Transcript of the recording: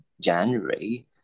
January